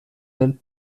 del